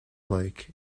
like